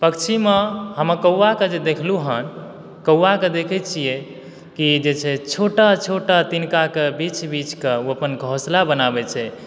पक्षीमे हमऽ कौआकऽ जे देखलूँ हन कौआकऽ देखै छियै कि जे छै छोटा छोटा तिनकाकऽ बीछ बीछकऽ ओ अपन घोसला बनाबै छै